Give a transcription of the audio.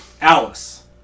Alice